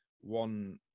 one